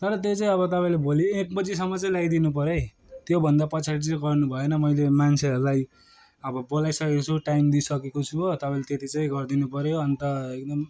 तर त्यो चाहिँ अब तपाईँले भोलि एक बजीसम चाहिँ ल्याइदिनु पऱ्यो है त्योभन्दा पछाडि चाहिँ गर्नु भएन मैले मान्छेहरूलाई अब बोलाइसकेको छु टाइम दिइसकेको छु हो तपाईँले त्यति चाहिँ गरिदिनु पऱ्यो अन्त